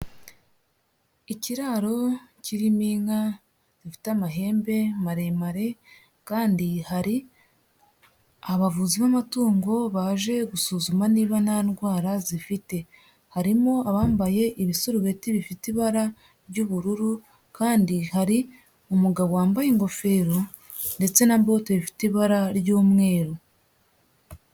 Ikiraro kirimo inka zifite amahembe maremare kandi hari abavuzi n'amatungo baje gusuzuma niba nta ndwara zifite, harimo abambaye ibisurubeti bifite ibara ry'ubururu kandi hari umugabo wambaye ingofero ndetse na bote bifite ibara ry'umweru.